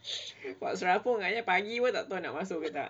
force rabung tak payah pagi pun tak tahu nak masuk ke tak